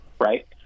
right